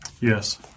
Yes